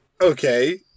Okay